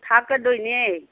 ꯊꯥꯛꯀꯗꯣꯏꯅꯦ